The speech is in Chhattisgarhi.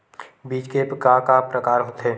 बीज के का का प्रकार होथे?